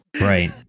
Right